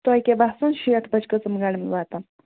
تۄہہِ کیٛاہ باسان شیٹھ بَچہِ کٔژَن گاڑٮ۪ن مَنٛز واتان